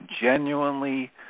genuinely